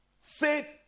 faith